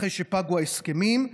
אחרי שפגו ההסכמים,